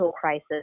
crisis